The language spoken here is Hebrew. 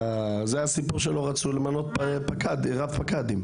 זה הסיפור שלא רצנו למנות רב פקדים.